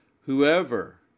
Whoever